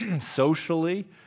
socially